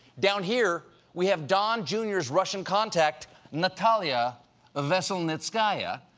down here, we have don, jr s russian contact, natalia ah veselnitskaya.